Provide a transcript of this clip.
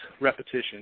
repetition